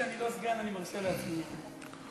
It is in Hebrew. מאז שאני לא סגן אני מרשה לעצמי להתפרע.